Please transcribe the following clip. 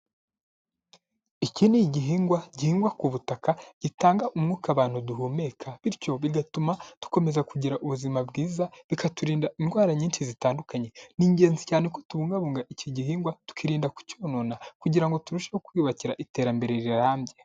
Iki ni igihingwa gihingwa ku butaka, gitanga umwuka abantu duhumeka bityo bigatuma dukomeza kugira ubuzima bwiza, bikaturinda indwara nyinshi zitandukanye, ni ingenzi cyane ko tubungabunga iki gihingwa, tukirinda kucyonona kugira ngo turusheho kwiyubakira iterambere rirambye.